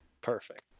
Perfect